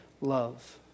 love